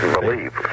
believe